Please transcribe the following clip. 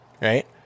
right